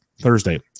Thursday